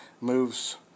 moves